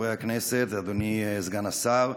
חברי הכנסת, אדוני סגן השר,